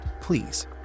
Please